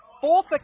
fourth